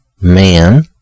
man